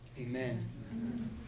Amen